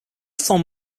form